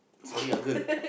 sorry ah girl